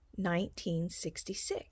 1966